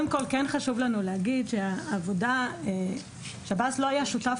חשוב לנו להגיד ששירות בתי הסוהר לא היה שותף